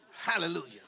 Hallelujah